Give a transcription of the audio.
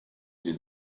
die